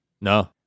No